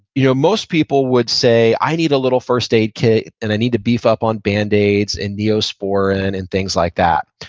you know most people would say, i need a little first aid kit, and i need to beef up on band-aids and neosporin and things like that.